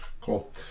Cool